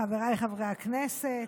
חבריי חברי הכנסת,